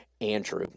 Andrew